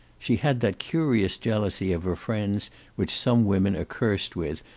she had that curious jealousy of her friends which some women are cursed with,